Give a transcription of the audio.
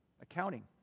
Accounting